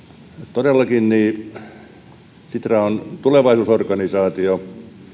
todellakin sitra on tulevaisuusorganisaatio